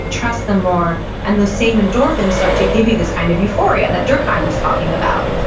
trust them more and those same endorphins start to give you this kind of euphoria that durkheim was talking about,